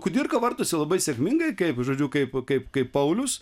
kudirka vartosi labai sėkmingai kaip žodžiu kaip kaip kaip paulius